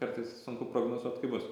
kartais sunku prognozuot kaip bus